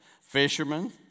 fishermen